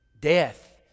death